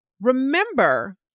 Remember